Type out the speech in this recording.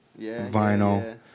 vinyl